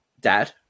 dad